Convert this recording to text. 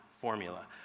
formula